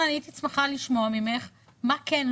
אני הייתי שמחה לשמוע ממך מה כן,